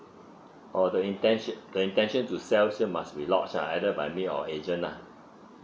oh the inten~ the intention to sell still must be lodge ah either by me or agent ah